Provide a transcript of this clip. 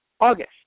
August